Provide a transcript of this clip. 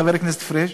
חבר הכנסת פריג',